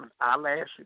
eyelashes